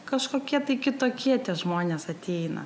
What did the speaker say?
kažkokie kitokie tie žmonės ateina